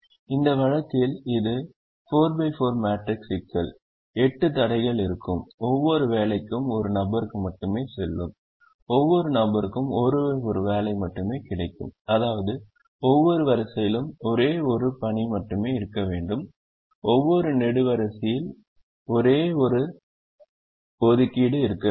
இந்த வழக்கில் இது 4 x 4 மாட்ரிக்ஸ் சிக்கல் எட்டு தடைகள் இருக்கும் ஒவ்வொரு வேலைக்கும் ஒரு நபருக்கு மட்டுமே செல்லும் ஒவ்வொரு நபருக்கும் ஒரே ஒரு வேலை மட்டுமே கிடைக்கும் அதாவது ஒவ்வொரு வரிசையிலும் ஒரே ஒரு ஒதுக்கீடு மட்டுமே இருக்க வேண்டும் ஒவ்வொரு நெடுவரிசையில் ஒரே ஒரு ஒதுக்கீடு இருக்க வேண்டும்